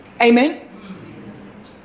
amen